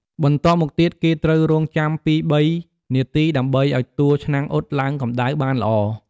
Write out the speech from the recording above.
បន្ទាប់មកទៀត គេត្រួវរង់ចាំពីរបីនាទីដើម្បីឲ្យតួឆ្នាំងអ៊ុតឡើងកម្ដៅបានល្អ។